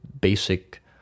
basic